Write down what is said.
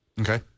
Okay